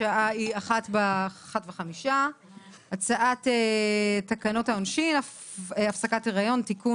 שעה 13:05. הצעת תקנות העונשין (הפסקת הריון) (תיקון),